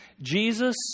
Jesus